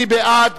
מי בעד?